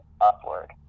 upward